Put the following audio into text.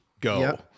go